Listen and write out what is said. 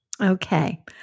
Okay